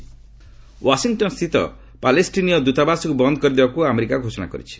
US Palestine ୱାଶିଂଟନ୍ସ୍ଥିତ ପାଲେଷ୍ଟିନୀୟ ଦୂତାବାସକୁ ବନ୍ଦ କରିଦେବାକୁ ଆମେରିକା ଘୋଷଣା କରିଛି